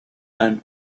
and